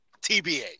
TBA